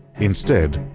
instead,